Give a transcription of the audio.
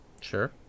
Sure